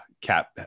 cap